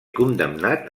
condemnat